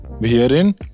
Herein